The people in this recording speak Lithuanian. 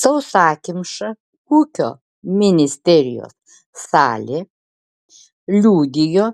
sausakimša ūkio ministerijos salė liudijo